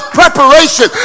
preparation